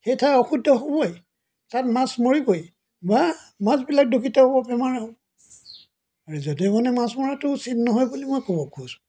সেই ঠাই অশুদ্ধ হ'বই তাত মাছ মৰিবই বা মাছবিলাক দূষিত হ'ব বেমাৰ হ'ব আৰু যধে মধে মাছ মৰাটো উচিত নহয় বুলি মই ক'ব খোজোঁ